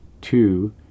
two